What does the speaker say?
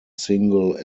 single